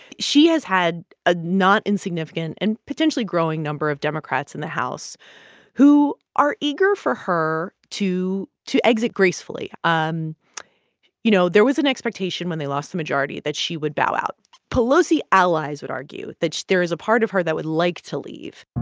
she has had a not insignificant and potentially growing number of democrats in the house who are eager for her to to exit gracefully. um you know, there was an expectation, when they lost the majority, that she would bow out pelosi allies would argue that there is a part of her that would like to leave,